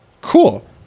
Cool